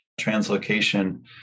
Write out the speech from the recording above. translocation